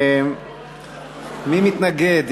מי מתנגד?